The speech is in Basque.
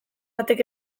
batek